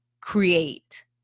create